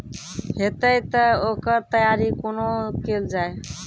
हेतै तअ ओकर तैयारी कुना केल जाय?